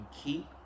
keep